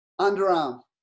Underarm